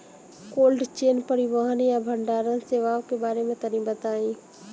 Cold chain परिवहन या भंडारण सेवाओं के बारे में तनी बताई?